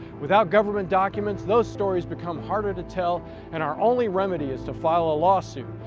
without government documents, those stories become harder to tell and our only remedy is to file a law suit,